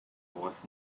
was